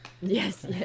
Yes